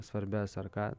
svarbias ar ką